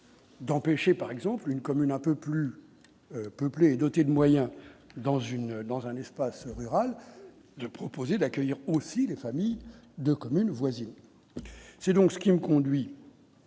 D'empêcher, par exemple, une commune un peu plus peuplé et doté de moyens dans une, dans un espace rural de proposer d'accueillir aussi les familles de communes voisines, c'est donc ce qui me conduit